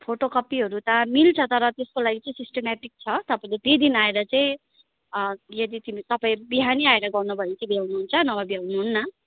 photo कपीहरू त मिल्छ तर त्यसको लागि चाहिँ सिस्टमेटिक छ तपाईँले त्यही दिन आएर चाहिँ यदि ती तपाईँ बिहानी आएर गर्नु भयो भने चाहिँ भ्याउनु हुन्छ नभए भ्याउनु हुन्न